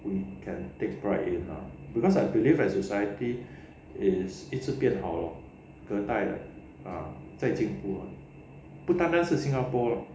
we can take pride in lah because I believe that the society is 一直变好咯个代的 err 在进步咯不单单是新加坡咯